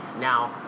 Now